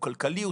הוא כלכלי,